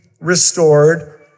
restored